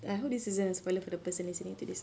I hope this isn't a spoiler for the person listening to this